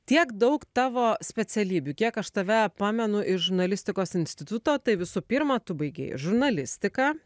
tiek daug tavo specialybių kiek aš tave pamenu iš žurnalistikos instituto tai visų pirma tu baigei žurnalistiką